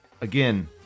again